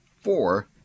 four